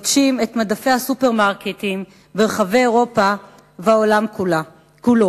כובשים את מדפי הסופרמרקטים ברחבי אירופה ובעולם כולו.